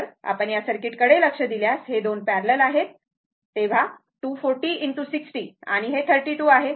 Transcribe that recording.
तर आपण या सर्किटकडे लक्ष दिल्यास हे 2 पॅरलल आहेत तेव्हा 240 ✕ 60 आणि हे 32 आहे